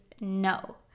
no